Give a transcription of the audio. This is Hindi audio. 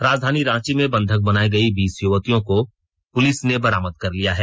राजधानी रांची में बंधक बनाई गई बीस युवतियों को पुलिस ने बरामद कर लिया है